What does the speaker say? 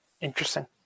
interesting